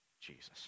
Jesus